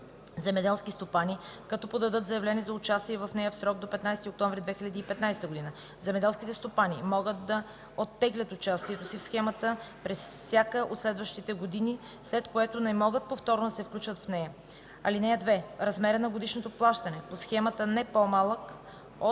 земеделски стопани, като подадат заявление за участие в нея в срок до 15 октомври 2015 г. Земеделските стопани могат да оттеглят участието си в схемата през всяка от следващите години, след което не могат повторно да се включат в нея. (2) Размерът на годишното плащане по схемата не е по-малък от